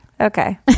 okay